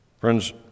Friends